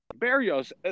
Barrios